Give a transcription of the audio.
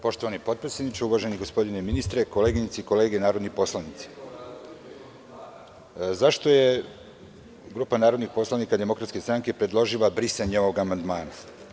Poštovani potpredsedniče, uvaženi gospodine ministre, koleginice i kolege narodni poslanici, zašto je grupa narodnih poslanika DS predložila brisanje ovog amandmana?